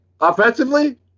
Offensively